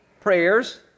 prayers